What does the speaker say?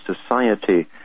society